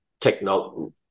technology